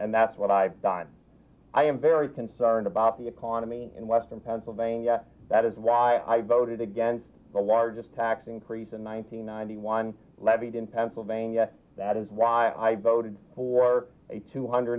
and that's what i've done i am very concerned about the economy in western pennsylvania that is why i voted against the largest tax increase in one thousand nine hundred one levied in pennsylvania that is why i voted for a two hundred